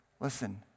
Listen